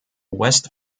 west